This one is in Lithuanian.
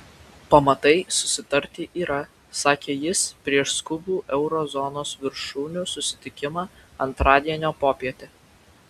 pamatai susitarti yra sakė jis prieš skubų euro zonos viršūnių susitikimą antradienio popietę